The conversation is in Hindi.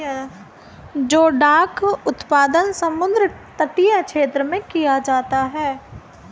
जोडाक उत्पादन समुद्र तटीय क्षेत्र में किया जाता है